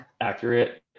accurate